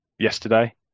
Yesterday